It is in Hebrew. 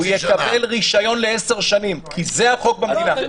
הוא יקבל רישיון ל-10 שנים כי זה החוק במדינה.